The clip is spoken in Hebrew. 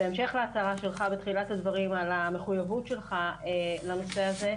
בהמשך להצהרה שלך בתחילת הדברים על המחויבות שלך לנושא הזה,